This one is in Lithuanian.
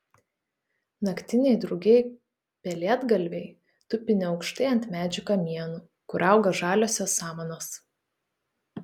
naktiniai drugiai pelėdgalviai tupi neaukštai ant medžių kamienų kur auga žaliosios samanos